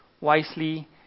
wisely